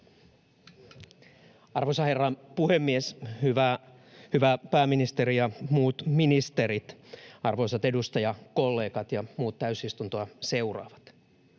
Arvoisa herra puhemies! Hyvä pääministeri ja muut ministerit, arvoisat edustajakollegat ja muut täysistuntoa seuraavat!